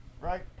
right